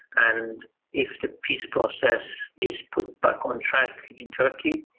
and if the peace process is put back on track in turkey,